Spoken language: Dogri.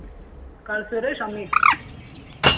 कल सवेरै शाम्मी